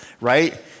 right